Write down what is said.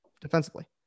defensively